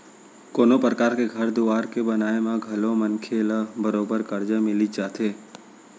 कोनों परकार के घर दुवार के बनाए म घलौ मनखे ल बरोबर करजा मिलिच जाथे